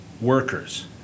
workers